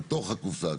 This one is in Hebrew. בתוך הקופסה,